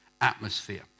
Atmosphere